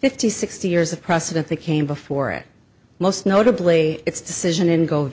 fifty sixty years of precedent that came before it most notably its decision in go